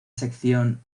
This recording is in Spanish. sección